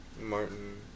Martin